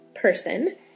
person